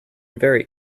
very